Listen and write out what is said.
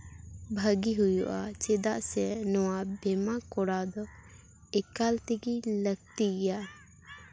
ᱵᱷᱟᱹᱜᱤ ᱦᱩᱭᱩᱜᱼᱟ ᱪᱮᱫᱟᱜ ᱥᱮ ᱱᱚᱣᱟ ᱵᱤᱢᱟ ᱠᱚᱨᱟᱣ ᱫᱚ ᱮᱠᱟᱞ ᱛᱮᱜᱮ ᱞᱟ ᱠᱛᱤ ᱜᱮᱭᱟ